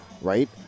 right